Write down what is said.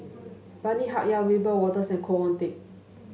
Bani Haykal Wiebe Wolters and Khoo Oon Teik